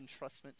entrustment